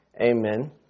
amen